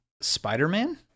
Spider-Man